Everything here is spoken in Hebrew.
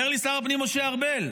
אומר לי שר הפנים משה ארבל: